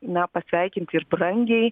na pasveikinti ir brangiai